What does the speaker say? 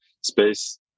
space